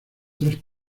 tres